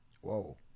Whoa